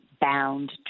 bound